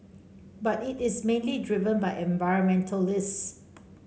but it is mainly driven by environmentalists